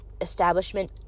establishment